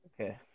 Okay